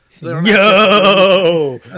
Yo